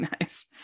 nice